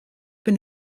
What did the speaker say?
bin